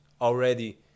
already